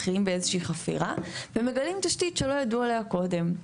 מתחילים באיזה שהיא חפירה ומגלים תשתית שלא ידעו עליה קודם.